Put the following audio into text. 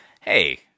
hey